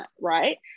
right